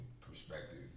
perspective